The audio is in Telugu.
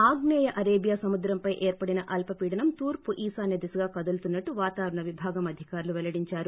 ఆగ్నేయ అరేబియా సముద్రంపై ఏర్పడిన అల్సపీడనం తూర్పు ఈశాన్న దిశగా కదులుతున్నట్లు విభాగం అధికారులు పెల్లడించారు